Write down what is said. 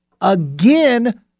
again